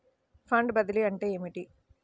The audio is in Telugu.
ఫండ్ బదిలీ అంటే ఏమిటి?